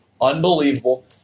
unbelievable